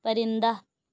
پرندہ